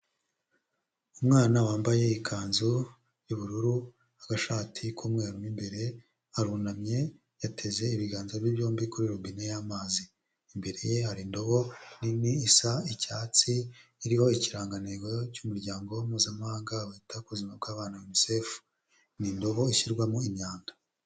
Umwana wambaye ikanzu y'ubururu, agashati k'umweru mo imbere, arunamye yateze ibiganza bye byombi kuri robine y'amazi, imbere ye hari indobo nini isa icyatsi, iriho ikirangantego cy'umuryango mpuzamahanga wita kuzima bw'abana yunise, fu ni indobo ishyirwamo imyanda.